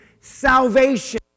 salvation